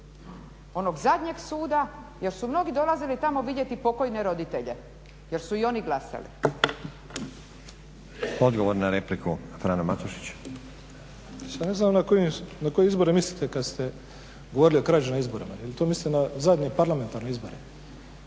onog zadnjeg suda jer su mnogi dolazili tamo vidjeti pokojne roditelje jer su i oni glasali. **Stazić, Nenad (SDP)** Odgovor na repliku Frano Matušić. **Matušić, Frano (HDZ)** Samo ne znam na koje izbore mislite kada ste govorili o krađi na izborima. Je li to mislite na zadnje parlamentarne izbore?